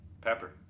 Pepper